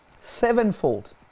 Sevenfold